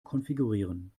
konfigurieren